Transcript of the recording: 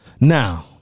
Now